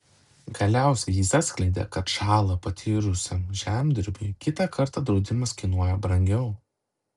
galiausiai jis atskleidė kad žalą patyrusiam žemdirbiui kitą kartą draudimas kainuoja brangiau